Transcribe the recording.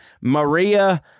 Maria